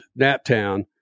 NapTown